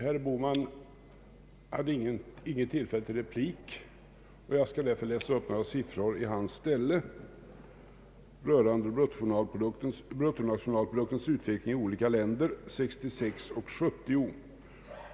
Herr Bohman hade inget tillfälle till replik, och jag skall därför läsa upp några siffror i hans ställe rörande bruttonationalproduktens utveckling i olika länder från år 1966 till 1970.